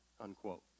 unquote